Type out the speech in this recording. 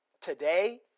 Today